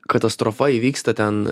katastrofa įvyksta ten